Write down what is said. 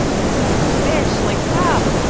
emma, you bitch, like, stop.